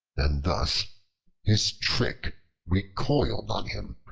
and thus his trick recoiled on him,